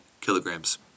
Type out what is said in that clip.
kilograms